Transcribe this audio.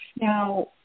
Now